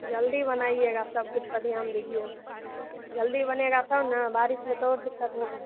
जल्दी बनाइएगा सब कुछ का ध्यान दीजिएगा जल्दी बनेगा तब न बारिश में तो और दिक्कत होगा